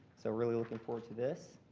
so really looking forward to this.